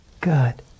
Good